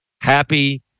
happy